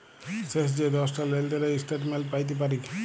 শেষ যে দশটা লেলদেলের ইস্ট্যাটমেল্ট প্যাইতে পারি